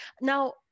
Now